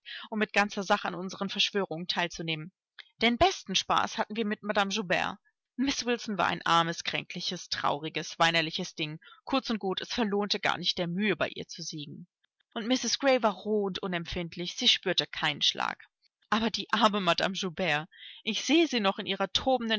um mit ganzer seele an unseren verschwörungen teilzunehmen den besten spaß hatten wir mit madame joubert miß wilson war ein armes kränkliches trauriges weinerliches ding kurz und gut es verlohnte gar nicht der mühe bei ihr zu siegen und mrs gray war roh und unempfindlich sie spürte keinen schlag aber die arme madame joubert ich sehe sie noch in ihrer